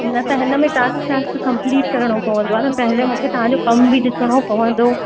न त हिन में टास्क टास्क कंप्लीट करिणो पवंदो आहे त पहले मूंखे तव्हांजो कमु बि ॾिसिणो पवंदो